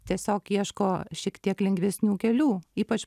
tiesiog ieško šiek tiek lengvesnių kelių ypač